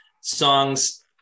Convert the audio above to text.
songs